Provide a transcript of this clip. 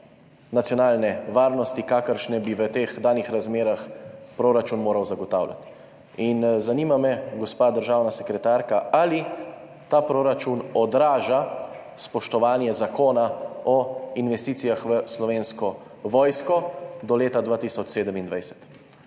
nacionalne varnosti, kakršno bi v teh danih razmerah proračun moral zagotavljati. Zanima me, gospa državna sekretarka, ali ta proračun odraža spoštovanje zakona o investicijah v Slovensko vojsko do leta 2027.